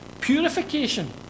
Purification